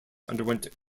underwent